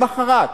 למחרת.